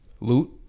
Loot